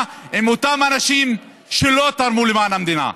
לאותם אנשים שלא תרמו למען המדינה.